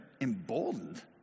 emboldened